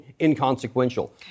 inconsequential